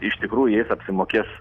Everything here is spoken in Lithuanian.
iš tikrųjų jais apsimokės